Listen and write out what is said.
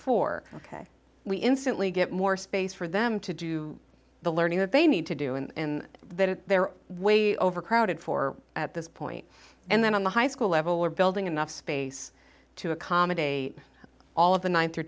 four ok we instantly get more space for them to do the learning that they need to do in that their way overcrowded for at this point and then on the high school level we're building enough space to accommodate all of the nine through